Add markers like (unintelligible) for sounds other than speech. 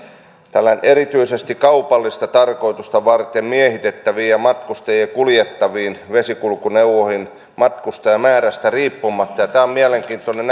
sanotaan että erityisesti kaupallista tarkoitusta varten miehitettäviin ja matkustajia kuljettaviin vesikulkuneuvoihin matkustajamäärästä riippumatta ja tämä on mielenkiintoinen (unintelligible)